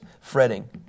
Fretting